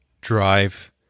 drive